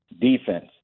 defense